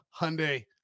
Hyundai